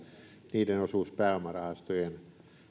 niiden osuus pääomarahastojen